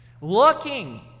Looking